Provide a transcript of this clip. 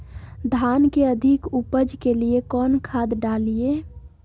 धान के अधिक उपज के लिए कौन खाद डालिय?